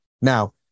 Now